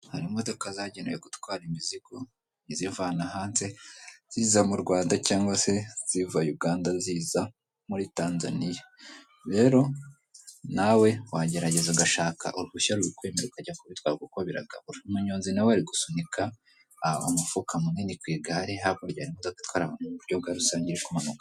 hari imodoka zagenewe gutwara imizigo izivana hanze ziza mu rwanda cyangwa se ziva uganda ziza muri tanzania rero nawe wagerageza ugashaka uruhushya rubikwemera u kajya kutwara kuko biragabura umunyonzi nawe ari gusunika umufuka munini ku igare hakurya y' imodoka itwara mu buryo bwa rusange ariko iri kumanuka